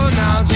now